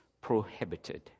prohibited